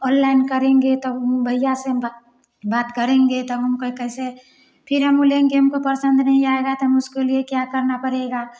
online करेंगे ता भैया से हम बा बात करेंगे तब हम कै कैसे फिर हम उ लेंगे हमको परसंद नही आएगा त हम उसको लिए क्या करना पड़ेगा